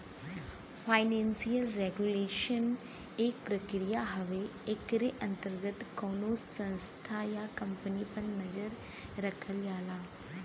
financial regulation एक प्रक्रिया हउवे एकरे अंतर्गत कउनो संस्था या कम्पनी पर नजर रखल जाला